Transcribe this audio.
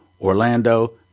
Orlando